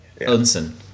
Odinson